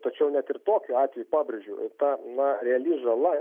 tačiau net ir tokiu atveju pabrėžiu ta na reali žala